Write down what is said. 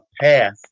path